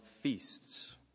feasts